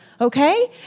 okay